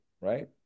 right